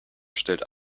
stellt